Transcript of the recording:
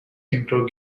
intro